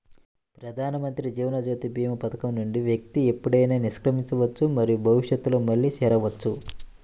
ప్రధానమంత్రి జీవన్ జ్యోతి భీమా పథకం నుండి వ్యక్తి ఎప్పుడైనా నిష్క్రమించవచ్చు మరియు భవిష్యత్తులో మళ్లీ చేరవచ్చు